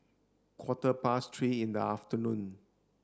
quarter past three in the afternoon